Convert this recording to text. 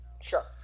Sure